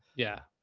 yeah.